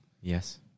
yes